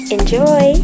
Enjoy